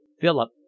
Philip